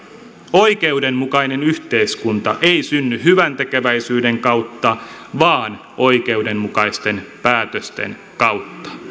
oikeudenmukainen yhteiskunta ei synny hyväntekeväisyyden kautta vaan oikeudenmukaisten päätösten kautta